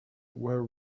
were